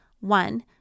One